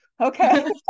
okay